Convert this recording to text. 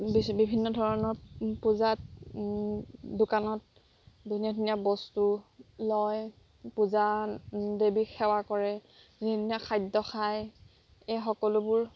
বিভিন্ন ধৰণৰ পূজাত দোকানত ধুনীয়া ধুনীয়া বস্তু লয় পূজাত দেৱীক সেৱা কৰে ধুনীয়া ধুনীয়া খাদ্য খায় এই সকলোবোৰ